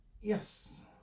Yes